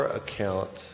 account